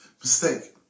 mistake